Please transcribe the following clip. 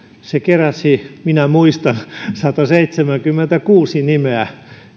se keräsi minä muistan sataseitsemänkymmentäkuusi nimeä